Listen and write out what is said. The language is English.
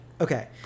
Okay